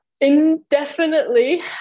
indefinitely